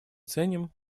ценим